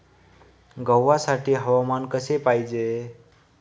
गव्हासाठी हवामान कसे पाहिजे?